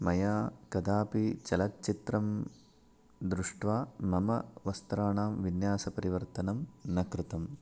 मया कदापि चलच्चित्रं दृष्ट्वा मम वस्त्राणां विन्यासपरिवर्तनं न कृतं